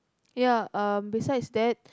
ya um besides that